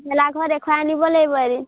ভেলাঘৰ দেখুৱাই আনিব লাগিব এদিন